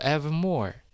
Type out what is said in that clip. Evermore 》 。